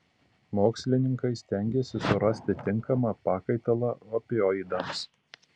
mokslininkai stengiasi surasti tinkamą pakaitalą opioidams